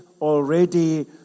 already